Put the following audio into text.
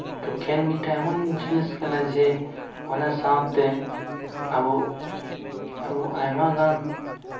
ᱛᱚ ᱠᱷᱮᱞ ᱢᱤᱫᱴᱮᱱ ᱮᱢᱚᱱ ᱡᱤᱱᱤᱥ ᱠᱟᱱᱟ ᱡᱮ ᱚᱱᱟ ᱥᱟᱶᱛᱮ ᱟᱵᱚ ᱟᱵᱚ ᱟᱭᱢᱟ ᱜᱟᱱ